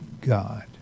God